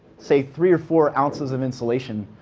say, three or four ounces of insulation,